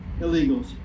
illegals